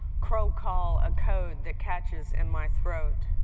crow call a code that catches in my throat.